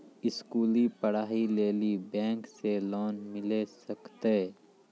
स्कूली पढ़ाई लेली बैंक से लोन मिले सकते?